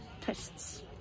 tests